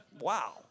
Wow